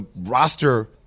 roster